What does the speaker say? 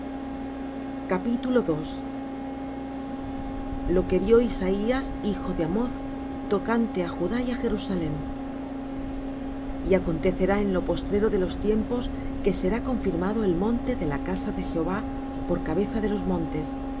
quien apague lo que vió isaías hijo de amoz tocante á judá y a jerusalem y acontecerá en lo postrero de los tiempos que será confirmado el monte de la casa de jehová por cabeza de los montes